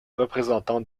représentant